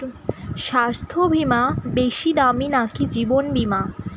স্বাস্থ্য বীমা বেশী দামী নাকি জীবন বীমা?